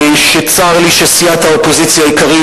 שצר לי שסיעת האופוזיציה העיקרית,